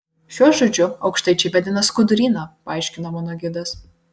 šiuo žodžiu aukštaičiai vadina skuduryną paaiškino mano gidas